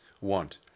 want